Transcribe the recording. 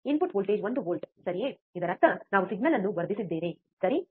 input voltage ಒಂದು volt ಸರಿಯೇ ಇದರರ್ಥ ನಾವು ಸಿಗ್ನಲ್ ಅನ್ನು ವರ್ಧಿಸಿದ್ದೇವೆ ಸರಿ